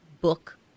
book